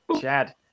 Chad